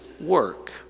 work